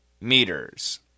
meters